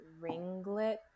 ringlet